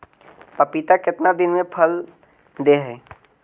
पपीता कितना दिन मे फल दे हय?